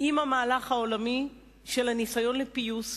עם המהלך העולמי של הניסיון לפיוס,